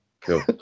Cool